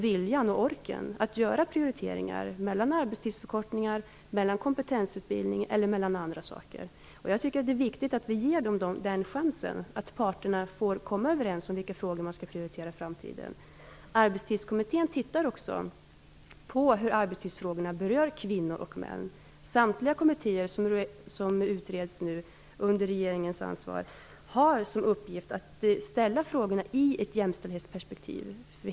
Den har stötts, blötts och utretts på längden och tvärsen på alla upptänkliga sätt.